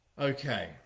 okay